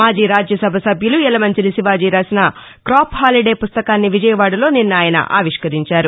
మాజీ రాజ్య సభ సభ్యులు యలమంచిలి శివాజి రాసిన క్రాప్ హాలిదే పుస్తకాన్ని విజయవాడలో నిన్న ఆయన ఆవిష్కరించారు